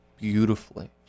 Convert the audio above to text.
beautifully